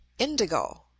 Indigo